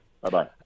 Bye-bye